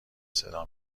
صدا